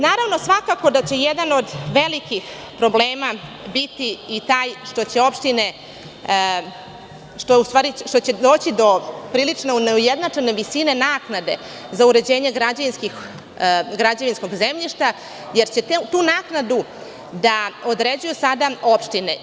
Naravno, svakako da će jedan od velikih problema biti i taj što će doći do prilično neujednačene visine naknade za uređenje građevinskog zemljišta, jer će tu naknadu da određuju sada opštine.